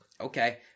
Okay